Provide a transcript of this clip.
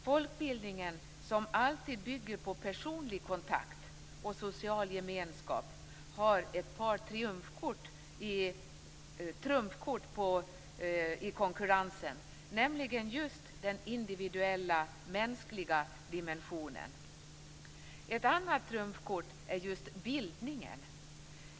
Folkbildningen, som alltid bygger på personlig kontakt och social gemenskap, har ett par trumfkort i konkurrensen, nämligen just den individuella mänskliga dimensionen. Det andra trumfkortet är just bildningen.